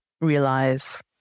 realize